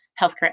healthcare